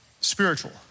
spiritual